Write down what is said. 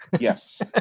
yes